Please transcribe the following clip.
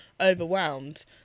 overwhelmed